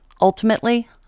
Ultimately